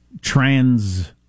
trans